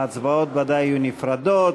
ההצבעות ודאי יהיו נפרדות.